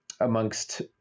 amongst